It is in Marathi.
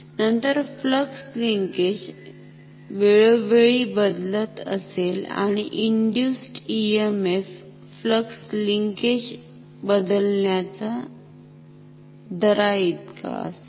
नंतर फ्लक्स लिंकेज वेळोवेळी बदलत असेल आणि इंड्युस्ड EMF फ्लक्स लिंकेज बदलण्याच्या दराईतका असेल